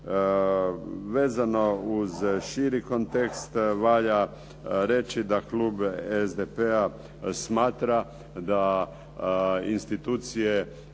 Vezano uz širi kontekst valja reći da klub SDP-a smatra da institucije